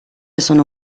sono